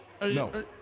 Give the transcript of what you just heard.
No